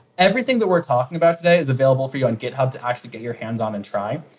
everything that we're talking about today is available for you on github to actually get your hands on and try.